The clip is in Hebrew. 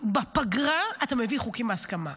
בפגרה אתה מביא חוקים בהסכמה.